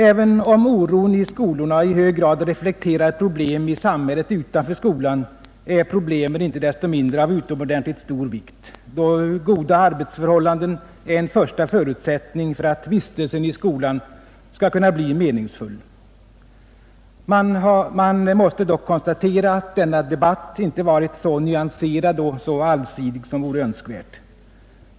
Även om oron i skolorna i hög grad reflekterar problem i samhället utanför skolan, är problemen inte desto mindre av utomordentligt stor vikt, då goda arbetsförhållanden är en första förutsättning för att vistelsen i skolan skall kunna bli meningsfull. Man måste dock konstatera, att denna debatt inte varit så nyanserad och allsidig som vore önskvärt.